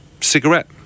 cigarette